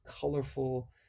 colorful